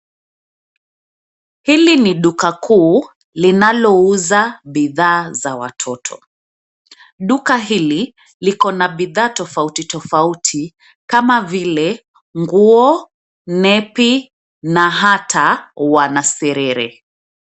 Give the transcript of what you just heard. Hili ni duka kuu linalouza bidhaa za watoto. Duka hili liko na bidhaa tofauti tofauti kama vile: nguo, nepi na hata wanaserere.